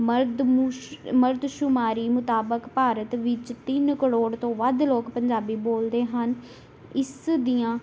ਮਰਦ ਮੁਸ਼ ਮਰਦਸ਼ੁਮਾਰੀ ਮੁਤਾਬਕ ਭਾਰਤ ਵਿੱਚ ਤਿੰਨ ਕਰੋੜ ਤੋਂ ਵੱਧ ਲੋਕ ਪੰਜਾਬੀ ਬੋਲਦੇ ਹਨ ਇਸ ਦੀਆਂ